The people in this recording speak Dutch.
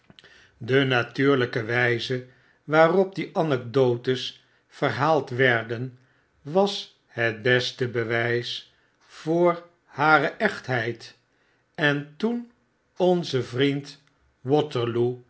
de natuuriyke wyze waarop die anekdotes verhaald werden was het beste bewjjs voor hare echtheid en toen onze vriend waterloo